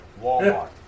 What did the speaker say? Walmart